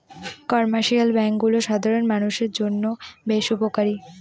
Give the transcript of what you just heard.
commercial ব্যাঙ্কগুলো সাধারণ মানষের জন্য বেশ উপকারী